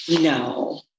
No